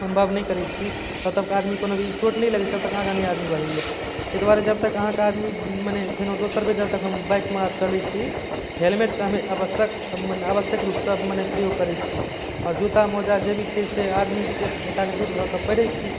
अनुभव नहि करै छी तब तक आदमी कोनो भी चोट नहि लगै छै तब तक आगाँ आदमी नहि बढ़ैए ताहि दुआरे जब तक अहाँके आदमी मने फेनो दोसर बेर जब तक हम बाइकमे आब चलै छी हेलमेटके हमेशा आवश्यक आवश्यक रूपसँ मने प्रयोग करै छी आओर जूता मौजा जे भी छै से आदमी से एकाग्रचित्त भऽ कऽ पहिरै छी